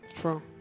True